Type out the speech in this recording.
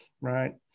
right